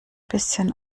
bisschen